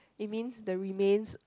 it means the remains